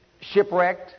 shipwrecked